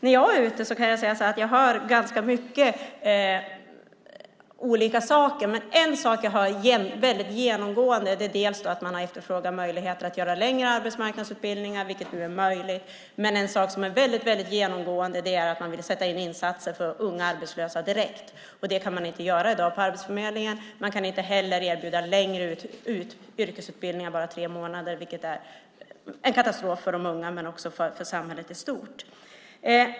Jag kan säga att när jag är ute hör jag ganska många olika saker. Men en sak som jag hör genomgående är att man efterfrågar möjligheter till längre arbetsmarknadsutbildningar, vilket nu är möjligt. En annan sak som är mycket genomgående är att man vill sätta in insatser för unga arbetslösa direkt. Det kan man inte göra i dag på Arbetsförmedlingen. Man kan inte heller erbjuda längre yrkesutbildning än bara tre månader, vilket är en katastrof för de unga men också för samhället i stort.